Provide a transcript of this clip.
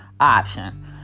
option